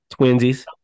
Twinsies